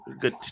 Good